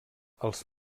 els